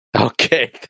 Okay